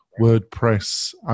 WordPress